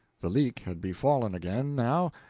the leak had befallen again now,